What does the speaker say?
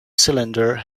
cylinder